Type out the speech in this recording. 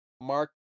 Mark